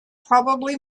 probably